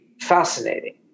fascinating